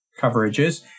coverages